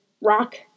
rock